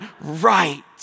right